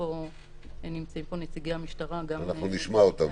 ונמצאים פה נציגי המשטרה -- אנחנו נשמע אותם.